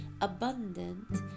abundant